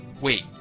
wait